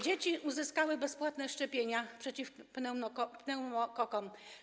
Dzieci uzyskały bezpłatne szczepienia przeciw pneumokokom.